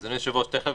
אדוני היושב-ראש, תכף